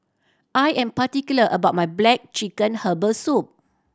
I am particular about my black chicken herbal soup